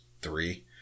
three